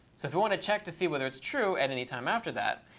so if you want to check to see whether it's true at any time after that,